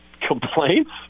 complaints